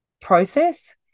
process